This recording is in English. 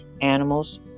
Animals